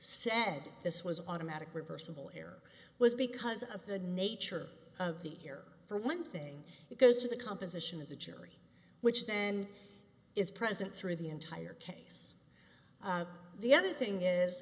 said this was automatic reversible error was because of the nature of the year for one thing it goes to the composition of the jury which then is present through the entire case the other thing is